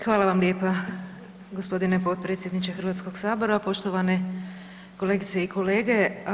Hvala vam lijepa gospodine potpredsjedniče Hrvatskog sabora, poštovane kolegice i kolege.